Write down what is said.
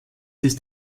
ist